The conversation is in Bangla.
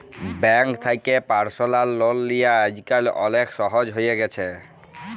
ব্যাংক থ্যাকে পার্সলাল লল লিয়া আইজকাল অলেক সহজ হ্যঁয়ে গেছে